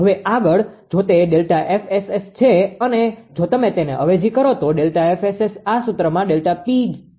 હવે આગળ જો તે Δ𝐹𝑆𝑆 છે અને જો તમે તેને અવેજી કરો તો ΔFSS આ સૂત્રમાં ΔPg𝑆𝑆 છે